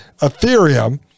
Ethereum